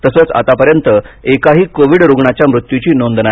तसंच आतापर्यंत एकाही कोविड रुग्णाच्या मृत्युची नोंद नाही